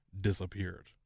disappeared